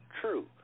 True